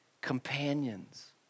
companions